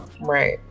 Right